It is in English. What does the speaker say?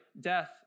death